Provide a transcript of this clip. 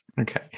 Okay